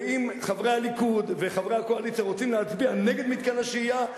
ואם חברי הליכוד וחברי הקואליציה רוצים להצביע נגד מתקן השהייה,